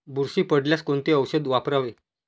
बुरशी पडल्यास कोणते औषध वापरावे?